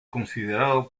considerado